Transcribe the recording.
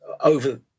over